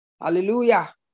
Hallelujah